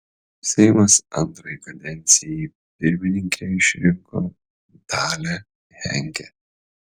seimas antrai kadencijai pirmininke išrinko dalią henke